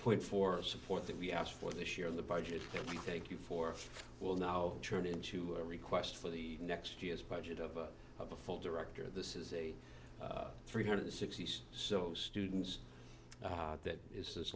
point for support that we asked for this year in the budget we thank you for will now turn into a request for the next year's budget of of a full director this is a three hundred and sixty s so students that is